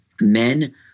men –